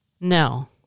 No